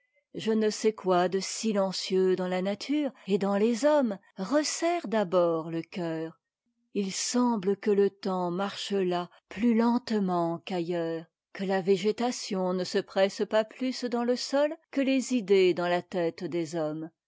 je ne sais quoi de silencieux dans la nature et dans les hommes resserre d'abord le cœur il semble que le temps marche là plus lentement qu'ailleurs que la végétation ne se presse pas plus dans le sol que les idées dans la tête des hommes